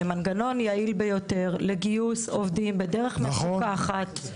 הם מנגנון יעיל ביותר לגיוס עובדים בדרך מפוקחת.